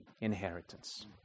inheritance